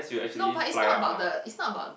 no but is not about the is not about